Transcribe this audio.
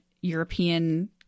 European